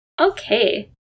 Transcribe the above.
Okay